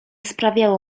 sprawiało